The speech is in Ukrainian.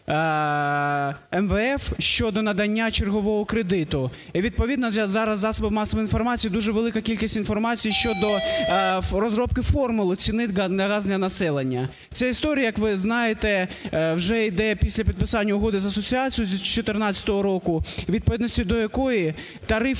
МВФ щодо надання чергового кредиту. І відповідно зараз у засобах масової інформації дуже велика кількість інформації щодо розробки формули ціни на газ для населення. Ця історія, як ви знаєте, вже іде після підписання Угоди про асоціацію з 14-го року, у відповідності до якої тарифи